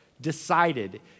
Decided